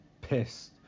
pissed